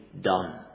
done